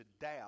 doubt